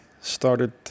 started